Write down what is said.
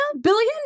billion